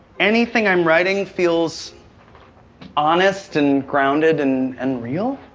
anything i'm writing feels honest and grounded and and real.